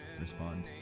respond